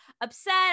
upset